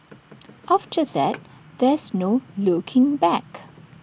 after that there's no looking back